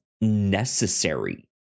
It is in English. necessary